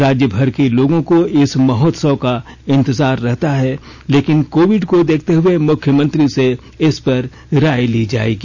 राज्य भर के लोगों को इस महोत्सव का इंतजार रहता है लेकिन कोविड को देखते हुए मुख्यमंत्री से इस पर राय ली जाएगी